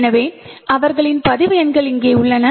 எனவே அவர்களின் பதிவு எண்கள் இங்கே உள்ளன